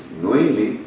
knowingly